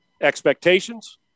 Expectations